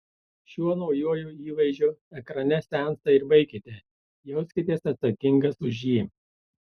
šiuo naujuoju įvaizdžiu ekrane seansą ir baikite jauskitės atsakingas už jį